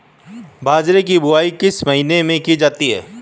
बाजरे की बुवाई किस महीने में की जाती है?